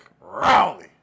Rowley